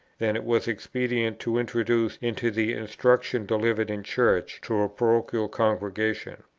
than it was expedient to introduce into the instruction delivered in church to a parochial congregation.